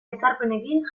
ezarpenekin